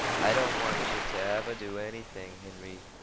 i don't want yeh to ever do anything, henry,